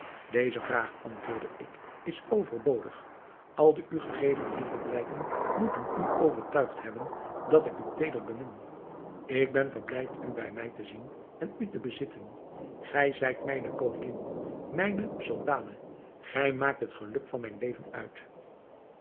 deze vraag antwoordde ik is overbodig al de u gegeven liefdeblijken moeten u overtuigd hebben dat ik u teeder bemin ik ben verblijd u bij mij te zien en u te bezitten gij zijt mijne koningin mijne sultane gij maakt het geluk van mijn leven uit